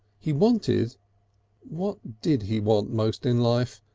he wanted what did he want most in life?